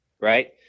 right